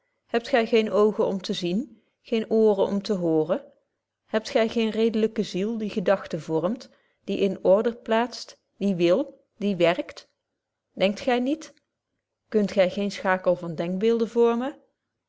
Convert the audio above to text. hebt gy geene oogen om te zien geene ooren om te hooren hebt gy geene redelyke ziel die gebetje wolff proeve over de opvoeding dachten vormt die in order plaatst die wil die werkt denkt gy niet kunt gy geen schakel van denkbeelden vormen